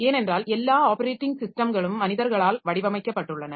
ஏனென்றால் எல்லா ஆப்பரேட்டிங் ஸிஸ்டம்களும் மனிதர்களால் வடிவமைக்கப்பட்டுள்ளன